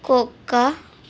కుక్క